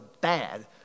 bad